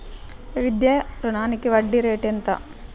విద్యా రుణానికి వడ్డీ రేటు ఎంత?